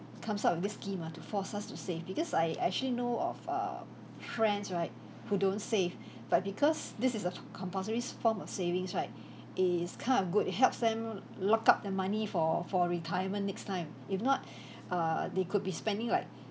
comes out with this scheme ah to force us to save because I actually know of err friends right who don't save but because this is a compulsory form of savings right it's kind of good it helps them lock up the money for for retirement next time if not err they could be spending like